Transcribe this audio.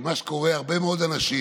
כי מה שקורה הוא שהרבה מאוד אנשים,